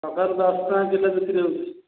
କଖାରୁ ଦଶ ଟଙ୍କା କିଲୋ ବିକ୍ରି ହେଉଛି